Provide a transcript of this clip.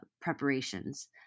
preparations